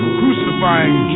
crucifying